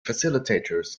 facilitators